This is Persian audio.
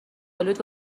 آلود